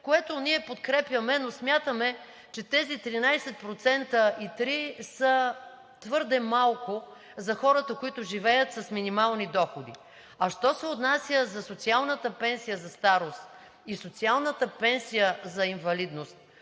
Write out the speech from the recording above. което ние подкрепяме, но смятаме, че тези 13,3% са твърде малко за хората, живеещи с минимални доходи. Що се отнася за социалната пенсия за старост и социалната пенсия за инвалидност,